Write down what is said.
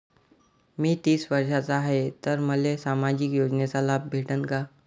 मी तीस वर्षाचा हाय तर मले सामाजिक योजनेचा लाभ भेटन का?